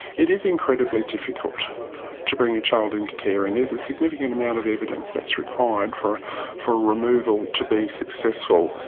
it is incredibly difficult to bring a child into care, and there's a significant amount of evidence that's required for a removal to be successful,